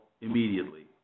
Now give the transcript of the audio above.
immediately